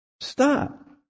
Stop